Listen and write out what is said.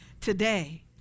Today